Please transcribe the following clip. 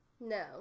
No